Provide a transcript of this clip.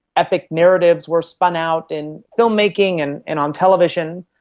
epic narratives were spun out in filmmaking and and on television.